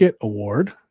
award